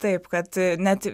taip kad net